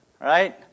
right